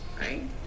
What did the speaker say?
right